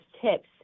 tips